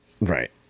Right